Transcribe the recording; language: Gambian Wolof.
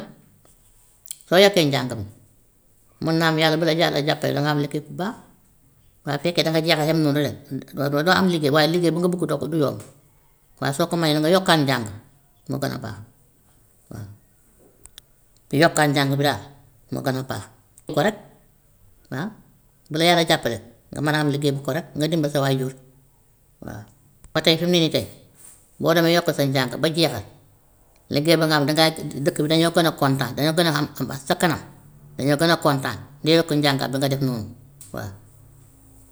soo yokkee njàng mi mën naa am yàlla bu la yàlla jàppalee danga am liggéey bu baax, waaye bu fekkee danga jeexal te amoo dara newuma doo am liggéey waaye liggéey bu nga bugg doo ko du yomb. Waaye soo ko mënee nanga yokkaat njàng moo gën a baax waaw. Bu yokkaat njàng bi daal moo gën a baax. Correct waa bu la yàlla jàppalee nga mën a am liggéey bu correct, nga dimbale sa waajur, waa. Ba tey fi mu ne nii tey boo demee yokk sa njàng ba jeexal, liggéey ba nga am dangay dëkk bi dañoo gën a kontaan, dañoo gën a xam sa kanam, dañoo gën a kontaan, di yokk njàng bi nga def noonu waa.